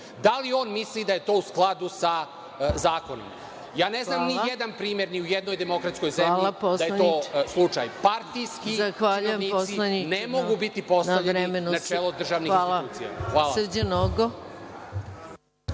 Da li on misli da je to u skladu sa zakonom? Ja ne znam ni jedan primer, ni u jednoj demokratskoj zemlji da je to slučaj. Partijski činovnici ne mogu biti postavljeni na čelo državnih institucija. Hvala.